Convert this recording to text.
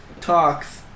talks